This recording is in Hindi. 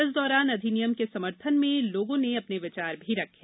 इस दौरान अधिनियम के समर्थन मे लोगों ने अपने विचार रखे